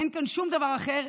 ואין כאן שום דבר אחר,